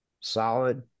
solid